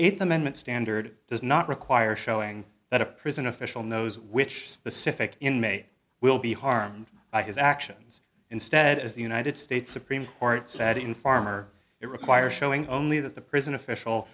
eighth amendment standard does not require showing that a prison official knows which specific inmate will be harmed by his actions instead as the united states supreme court said in farmer it requires showing only that the prison official